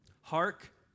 Hark